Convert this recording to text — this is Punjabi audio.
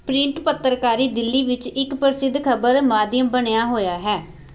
ਪ੍ਰਿੰਟ ਪੱਤਰਕਾਰੀ ਦਿੱਲੀ ਵਿੱਚ ਇੱਕ ਪ੍ਰਸਿੱਧ ਖ਼ਬਰ ਮਾਧਿਅਮ ਬਣਿਆ ਹੋਇਆ ਹੈ